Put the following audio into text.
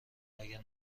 اگر